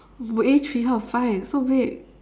A three how to find so big